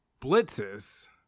blitzes